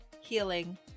Healing